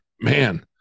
man